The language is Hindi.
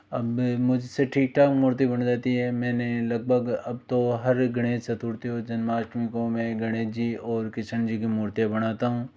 अब मुझसे ठीक ठाक मूर्ती बन जाती है मैंने लगभग अब तो हर गणेश चतुर्थी और जन्माष्टमी को मैं गणेश जी और कृष्ण जी की मूर्तियाँ बनाता हूँ